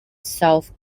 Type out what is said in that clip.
south